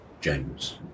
James